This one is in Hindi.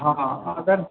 हाँ अगर